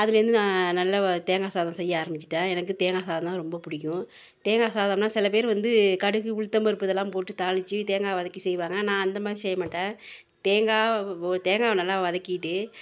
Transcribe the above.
அதுலேருந்து நான் நல்ல தேங்காய் சாதம் செய்ய ஆரம்பிச்சுட்டேன் எனக்கு தேங்காய் சாதம்னா ரொம்ப பிடிக்கும் தேங்காய் சாதம்னா சில பேர் வந்து கடுகு உளுந்தம்பருப்பு இதெல்லாம் போட்டு தாளித்து தேங்காவை வதக்கி செய்வாங்க நான் அந்தமாதிரி செய்ய மாட்டேன் தேங்காயை தேங்காவை நல்லா வதக்கிட்டு